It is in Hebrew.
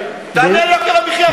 תענה על יוקר המחיה,